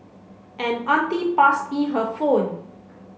an auntie passed me her phone